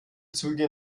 züge